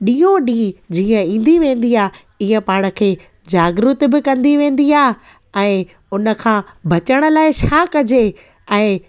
ॾींहों ॾींहुं जीअं ईंदी वेंदी आहे इहा पाण खे जागरूत बि कंदी वेंदी आहे ऐं उन खां बचण लाइ छा कजे ऐं